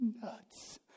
nuts